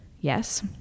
Yes